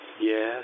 Yes